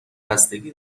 بستگی